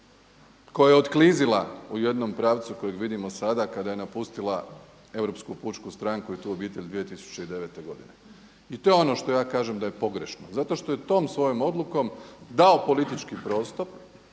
koja je otklizila u jednom pravcu kojeg vidimo sada kada je napustila Europsku pučku stranku i tu obitelj 2009. godine. I to je ono što ja kažem da je pogrešno zato što je tom svojom odlukom dao politički prostor